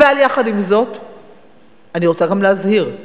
אבל יחד עם זאת אני רוצה גם להזהיר.